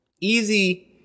Easy